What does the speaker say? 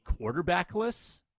quarterbackless